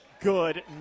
good